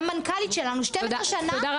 המנכ"לית שלנו 12 שנה,